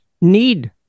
need